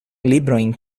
librojn